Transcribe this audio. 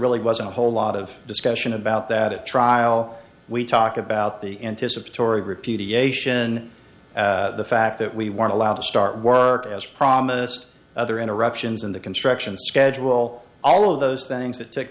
really wasn't a whole lot of discussion about that at trial we talk about the anticipatory repeat the asian the fact that we weren't allowed to start work as promised other interruptions in the construction schedule all of those things that took